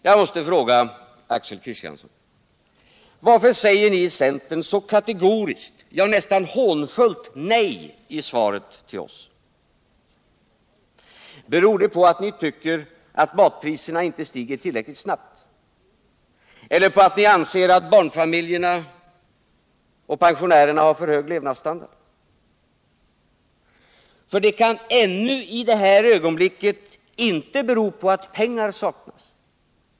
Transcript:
Jag måste fråga Axel Kristiansson: Varför säger ni i centern så kategoriskt, ja nästan hånfullt, nej i svaret till oss? Beror det på att ni tycker att matpriserna inte stiger tillräckligt snabbt? Eller beror det på att ni anser att barnfamiljerna och pensionärerna har för hög levnadsstandard? För det kan i det här ögonblicket inte bero på att pengar saknas.